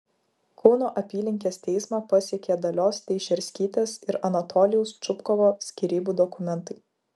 kauno apylinkės teismą pasiekė dalios teišerskytės ir anatolijaus čupkovo skyrybų dokumentai